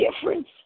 difference